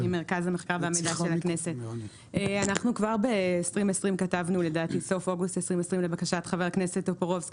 אנחנו כבר בסוף אוגוסט 2020 כתבנו לבקשת חבר הכנסת טופורובסקי